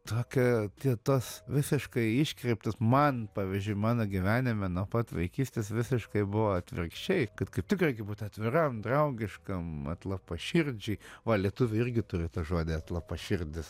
tokia tie tos visiškai iškreiptas man pavyzdžiui mano gyvenime nuo pat vaikystės visiškai buvo atvirkščiai kad kaip tik reikia būti atviram draugiškam atlapaširdžiai va lietuviai irgi turi tą žodį atlapaširdis